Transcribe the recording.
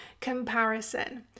comparison